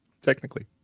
Technically